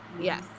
Yes